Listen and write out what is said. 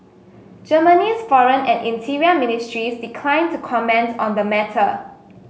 Germany's foreign and interior ministries declined to comment on the matter